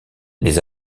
les